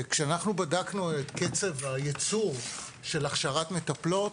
כשאנחנו בדקנו את קצב היצור של הכשרת מטפלות,